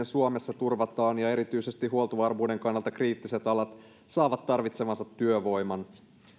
suomessa turvataan ja erityisesti huoltovarmuuden kannalta kriittiset alat saavat tarvitsemansa työvoiman